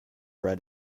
read